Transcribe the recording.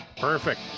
Perfect